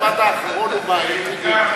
המשפט האחרון הוא בעייתי ביותר.